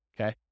okay